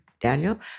Daniel